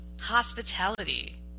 hospitality